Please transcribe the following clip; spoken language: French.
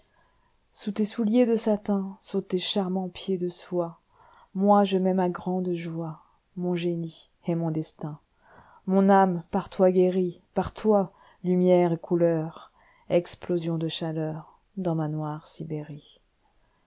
sous tes souliers de satin sous tes charmants pieds de moi je mets ma grande joie mon génie et mon destin mon âme par toi guérie par toi lumière et couleur explosion de chaleurdans ma noire sibérie